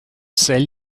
sell